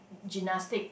gymnastic